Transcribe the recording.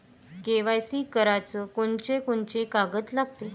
KYC कराच कोनचे कोनचे कागद लागते?